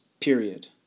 period